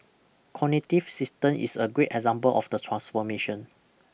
cognitive Systems is a great example of the transformation